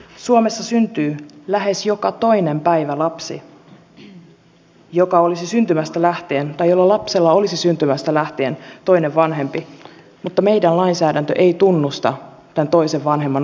suomessa syntyy lähes joka toinen päivä lapsi jolla olisi syntymästä lähtien toinen vanhempi mutta meidän lainsäädäntö ei tunnusta tämän toisen vanhemman olemassaoloa